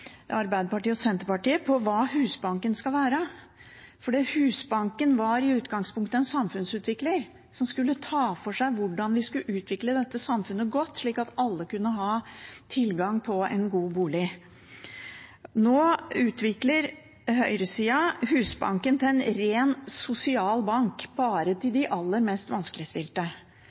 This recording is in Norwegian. Arbeiderpartiet og Senterpartiet – på hva Husbanken skal være. Husbanken var i utgangspunktet en samfunnsutvikler som skulle ta for seg hvordan vi skulle utvikle dette samfunnet godt, slik at alle kunne ha tilgang på en god bolig. Nå utvikler høyresida Husbanken til en rent sosial bank, bare til de aller mest vanskeligstilte.